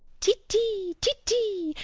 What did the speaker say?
titi, titi,